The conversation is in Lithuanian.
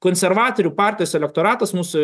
konservatorių partijos elektoratas mūsų